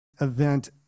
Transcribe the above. event